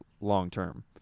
long-term